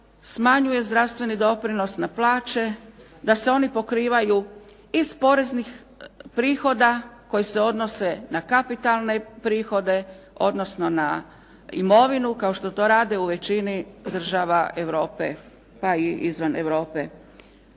smanjuje zdravstveni doprinos na plaće, da se oni pokrivaju iz poreznih prihoda koji se odnose na kapitalne prihode odnosno na imovinu kao što to rade u većini država Europe pa i izvan Europe.